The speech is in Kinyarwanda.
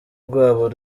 rwabo